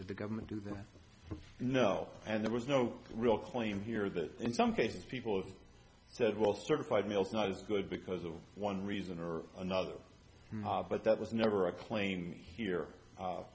the government to them you know and there was no real claim here that in some cases people said well certified mail is not as good because of one reason or another but that was never a claim here